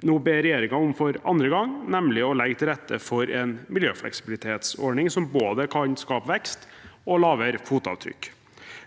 gang ber regjeringen om, nemlig legge til rette for en miljøfleksibilitetsordning som kan både skape vekst og gi mindre fotavtrykk.